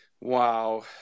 Wow